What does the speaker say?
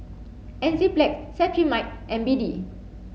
Enzyplex Cetrimide and B D